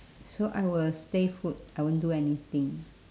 so I will stay put I won't do anything